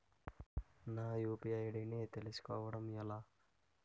నా UPI ID ని తెలుసుకోవడం ఎలా?